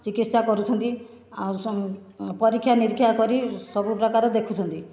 ଚିକିତ୍ସା କରୁଛନ୍ତି ଆଉ ପରୀକ୍ଷା ନିରୀକ୍ଷା କରି ସବୁପ୍ରକାର ଦେଖୁଛନ୍ତି